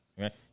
Okay